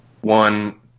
one